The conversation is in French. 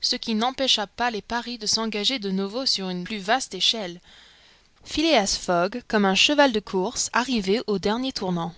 ce qui n'empêcha pas les paris de s'engager de nouveau sur une plus vaste échelle phileas fogg comme un cheval de course arrivait au dernier tournant